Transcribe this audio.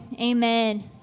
amen